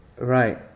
Right